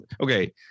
okay